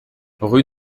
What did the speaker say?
rue